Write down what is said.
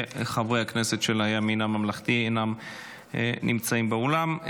וחברי הכנסת של הימין הממלכתי אינם נמצאים באולם.